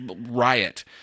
riot